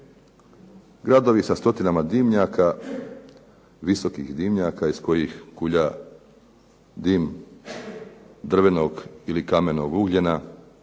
Gradovi sa stotinama dimnjaka, visokih dimnjaka iz kojih kulja dim, drvenog ili kamenog ugljena,